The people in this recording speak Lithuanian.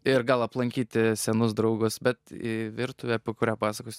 ir gal aplankyti senus draugus bet į virtuvę apie kurią pasakosiu